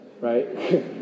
right